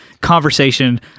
conversation